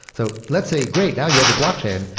so let's say, great! now you have a blockchain.